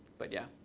but yeah.